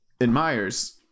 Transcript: admires